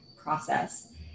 process